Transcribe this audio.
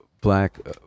black